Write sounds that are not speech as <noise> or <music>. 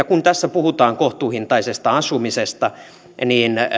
<unintelligible> kun tässä puhutaan kohtuuhintaisesta asumisesta niin